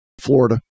Florida